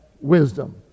wisdom